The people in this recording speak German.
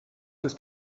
ist